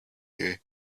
you